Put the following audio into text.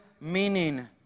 meaning